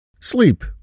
Sleep